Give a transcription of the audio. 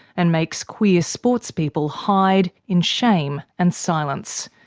and makes queer sportspeople hide in shame and silence.